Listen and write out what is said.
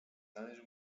należy